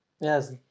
Yes